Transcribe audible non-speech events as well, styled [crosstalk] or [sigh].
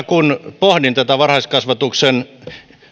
[unintelligible] kun pohdin tätä varhaiskasvatuksen